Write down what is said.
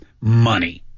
money